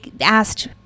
asked